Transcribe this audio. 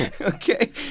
Okay